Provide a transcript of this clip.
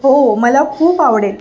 हो मला खूप आवडेल